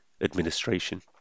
administration